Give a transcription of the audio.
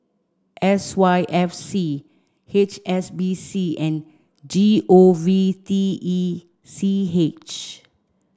S Y F C H S B C and G O V T E C H